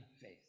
faith